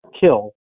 kill